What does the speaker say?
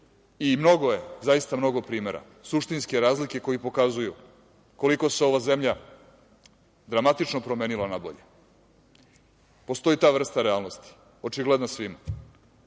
je, zaista mnogo je primera suštinske razlike koje pokazuju koliko se ova zemlja dramatično promenila na bolje. Postoji ta vrsta realnosti očigledna svima.